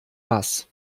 bass